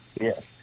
Yes